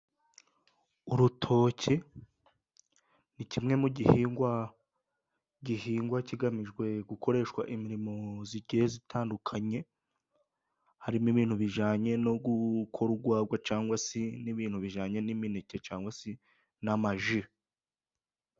Urutoke ni kimwe mu bihingwa kigamijwe gukoreshwa imirimo igiye itandukanye. Harimo ibintu bijyanye no gukora urwagwa cyangwa se n'ibintu bijyanye n'imineke cyangwa se n'amaji.